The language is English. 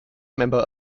member